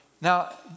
Now